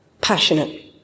passionate